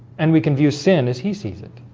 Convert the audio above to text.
and we can view sin as he sees it